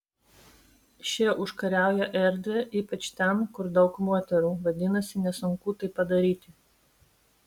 šie užkariauja erdvę ypač ten kur daug moterų vadinasi nesunku tai padaryti